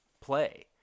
play